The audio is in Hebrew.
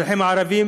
האזרחים הערבים